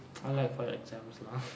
oh like for your exams lah